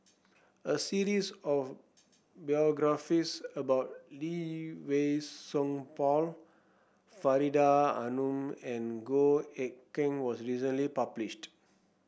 a series of biographies about Lee Wei Song Paul Faridah Hanum and Goh Eck Kheng was recently published